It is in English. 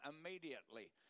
immediately